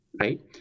right